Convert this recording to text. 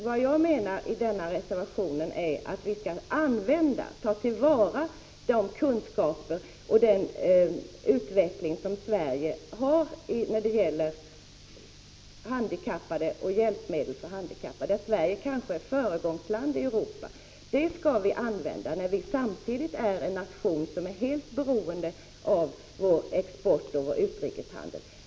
Vad jag menar i reservationen är att vi skall ta till vara kunskaperna från den utveckling som sker i Sverige när det gäller hjälpmedel för handikappade — Sverige är kanske ett föregångsland i Europa. Dessa kunskaper skall komma till användning, eftersom vårt land samtidigt är en nation som är helt beroende av export och utrikeshandel.